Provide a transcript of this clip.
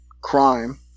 crime